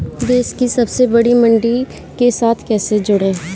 देश की सबसे बड़ी मंडी के साथ कैसे जुड़ें?